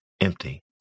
empty